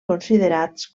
considerats